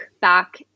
back